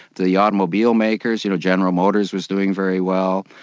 the automobile makers, you know general motors, was doing very well.